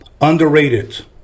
underrated